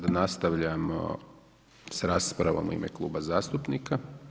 Sad nastavljamo s raspravom u ime kluba zastupnika.